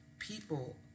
people